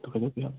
तो ग़लत किया